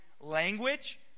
language